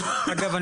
אגב,